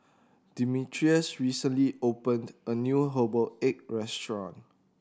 Demetrius recently opened a new herbal egg restaurant